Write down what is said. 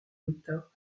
l’état